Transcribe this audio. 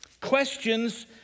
Questions